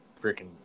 freaking